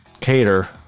Cater